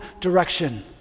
direction